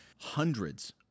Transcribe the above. hundreds